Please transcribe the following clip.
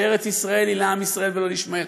שארץ-ישראל היא לעם ישראל ולא לישמעאל,